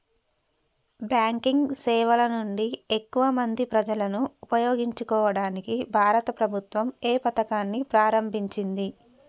Banking సేవల నుండి ఎక్కువ మంది ప్రజలను ఉపయోగించుకోవడానికి భారత ప్రభుత్వం ఏ పథకాన్ని ప్రారంభించింది?